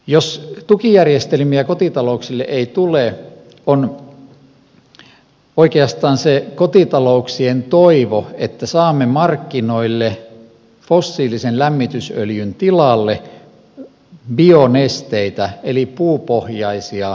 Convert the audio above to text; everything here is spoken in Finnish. jos tukijärjestelmiä kotitalouksille ei tule on oikeastaan se kotitalouksien toivo että saamme markkinoille fossiilisen lämmitysöljyn tilalle bionesteitä eli puupohjaisia lämmitysöljyjä